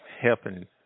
helping